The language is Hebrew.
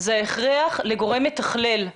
זה ההכרח לגורם מתכלל,